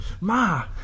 Ma